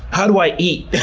how do i eat?